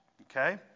Okay